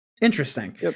Interesting